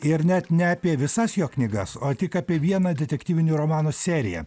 ir net ne apie visas jo knygas o tik apie vieną detektyvinių romanų seriją